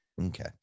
Okay